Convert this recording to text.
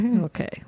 Okay